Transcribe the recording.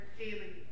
daily